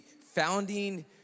founding